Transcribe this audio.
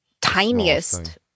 tiniest